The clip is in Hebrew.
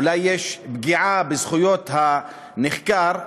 אולי יש פגיעה בזכויות הנחקר,